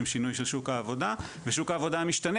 שינוי של שוק העבודה ושוק העבודה משתנה,